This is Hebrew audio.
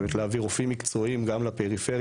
באמת להביא רופאים מקצועיים גם לפריפריה